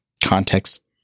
context